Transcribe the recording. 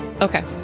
Okay